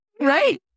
Right